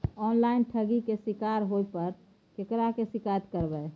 Online ठगी के शिकार होय पर केकरा से शिकायत करबै?